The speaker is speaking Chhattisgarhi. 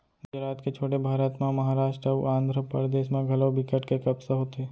गुजरात के छोड़े भारत म महारास्ट अउ आंध्रपरदेस म घलौ बिकट के कपसा होथे